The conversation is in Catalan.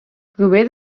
prové